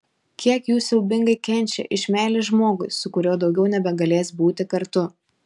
kiek jų siaubingai kenčia iš meilės žmogui su kuriuo daugiau nebegalės būti kartu